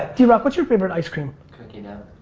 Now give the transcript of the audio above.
drock, what's your favorite ice cream? cookie dough.